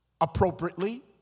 appropriately